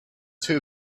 too